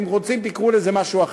אם רוצים תקראו לזה משהו אחר,